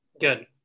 Good